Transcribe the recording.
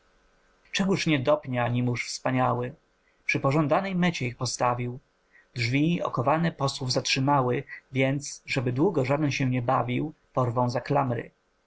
czegoż nie dopnie animusz wspaniały przy pożądanej mecie ich postawił drzwi okowane posłów zatrzymały więc żeby długo żaden się nie bawił porwą za klamry